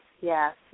yes